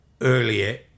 earlier